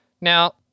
Now